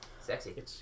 Sexy